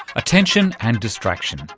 attention and distraction,